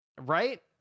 right